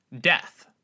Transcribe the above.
Death